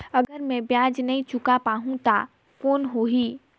अगर मै ब्याज नी चुकाय पाहुं ता कौन हो ही?